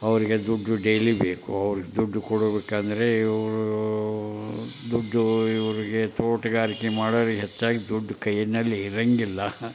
ಅವರಿಗೆ ದುಡ್ಡು ಡೇಲಿ ಬೇಕು ಅವರು ದುಡ್ಡು ಕೊಡಬೇಕಂದ್ರೆ ಇವರು ದುಡ್ಡು ಇವರಿಗೆ ತೋಟ್ಗಾರಿಗೆ ಮಾಡುವವರಿಗೆ ಹೆಚ್ಚಾಗಿ ದುಡ್ಡು ಕೈಯ್ಯಲ್ಲಿ ಇರೋಂಗಿಲ್ಲ